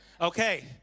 Okay